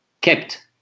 kept